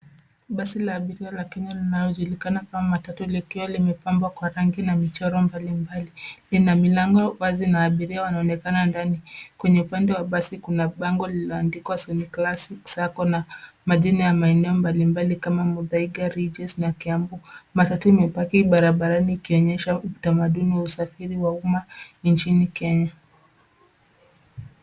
Basi la abiria la Kenya linaojulikana kama matatu likiwa limepambwa kwa rangi na michoro mbali mbali. Ina milango wazi na abiria wanaonekana ndani. Kwenye upande wa basi kuna bango lililoandikwa Sony Classic Sacco na majina ya maeneo mbali mbali kama: Muthaiga, Ridgeways na Kiambu. Matatu imepaki barabarani ikionyesha utamaduni wa usafiri wa umma nchini Kenya.